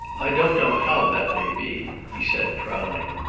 i don't know how that may be, he said frowning.